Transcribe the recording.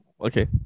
okay